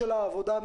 העבודה,